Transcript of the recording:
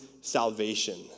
salvation